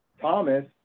Thomas